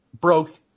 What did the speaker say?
broke